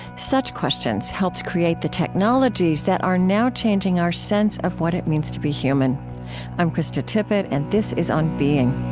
such questions helped create the technologies that are now changing our sense of what it means to be human i'm krista tippett and this is on being